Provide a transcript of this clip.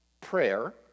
prayer